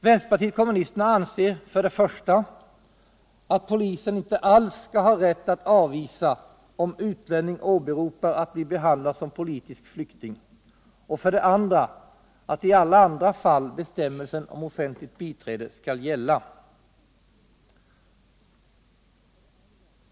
Vänsterpartiet kommunisterna anser för det första att polisen inte alls skall ha rätt att avvisa om utlänning åberopar att bli behandlad som politisk flykting, för det andra att i alla andra fall bestämmelsen om offentligt biträde skall gälla.